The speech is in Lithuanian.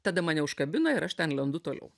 tada mane užkabina ir aš ten lendu toliau